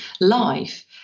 life